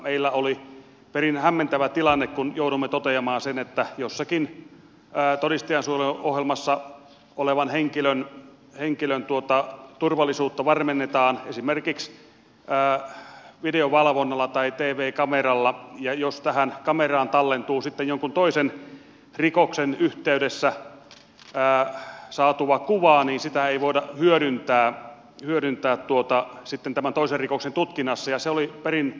meillä oli perin hämmentävä tilanne kun jouduimme toteamaan että jossakin todistajansuojeluohjelmassa olevan henkilön turvallisuutta varmennetaan esimerkiksi videovalvonnalla tai tv kameralla ja jos tähän kameraan tallentuu jonkun toisen rikoksen yhteydessä saatua kuvaa niin sitä ei voida hyödyntää tämän toisen rikoksen tutkinnassa ja se oli perin erikoinen asia